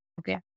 Okay